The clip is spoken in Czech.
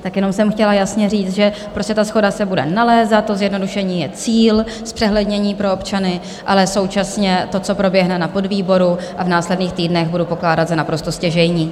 Tak jenom jsem chtěla jasně říct, že ta shoda se bude nalézat, to zjednodušení je cíl, zpřehlednění pro občany, ale současně to, co proběhne na podvýboru a v následných týdnech, budu pokládat za naprosto stěžejní.